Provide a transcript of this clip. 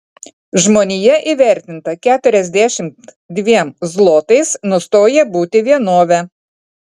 žmonija įvertinta keturiasdešimt dviem zlotais nustoja būti vienove